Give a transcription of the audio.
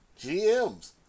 GMs